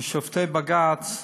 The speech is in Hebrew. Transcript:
ששופטי בג"ץ,